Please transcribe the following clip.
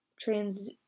trans-